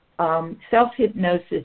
Self-hypnosis